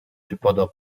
cependant